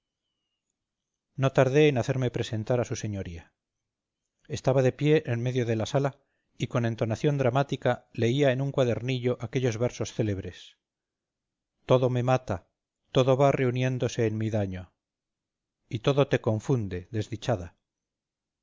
no tardé en hacerme presentar a su señoría estaba de pie en medio de la sala y con entonación dramática leía en un cuadernillo aquellos versos célebres estaba estudiando su papel cuando me vio entrar cesó su lectura y tuve